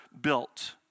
built